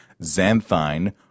xanthine